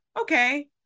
Okay